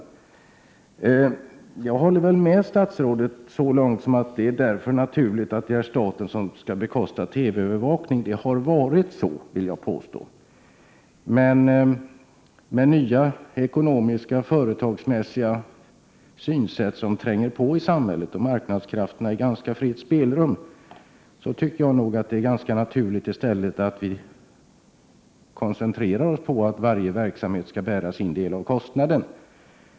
Jag håller med statsrådet om att det är naturligt att staten skall bekosta TV-övervakning -— eller rättare, det har tidigare varit så. Men i och med det nya företagsekonomiska synsätt som tränger på i samhället och med marknadskrafterna i ett ganska fritt spelrum, tycker jag att det nog är ganska naturligt att vi i stället koncentrerar oss på att se till att varje verksamhet skall bära sin del av kostnaderna.